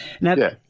Now